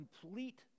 complete